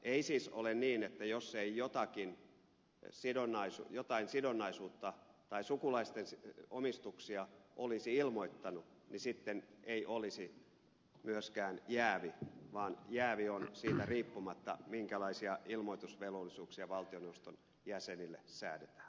ei siis ole niin että jos ei jotain sidonnaisuutta tai sukulaisten omistuksia olisi ilmoittanut niin sitten ei olisi myöskään jäävi vaan jäävi on siitä riippumatta minkälaisia ilmoitusvelvollisuuksia valtioneuvoston jäsenille säädetään